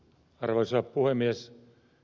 arvoisa puhemies